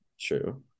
True